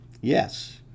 Yes